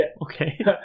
Okay